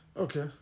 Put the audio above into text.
Okay